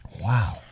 Wow